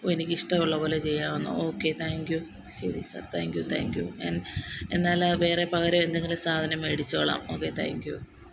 ഓ എനിക്ക് ഇഷ്ടമുള്ളത് പോലെ ചെയ്യാമെന്നോ ഓക്കെ താങ്ക് യു ശരി sir thank you thank you ഞാന് എന്നാൽ വേറെ പകരം എന്തെങ്കിലും സാധനം മേടിച്ചോളാം ഓക്കെ താങ്ക് യു